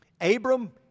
Abram